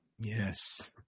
Yes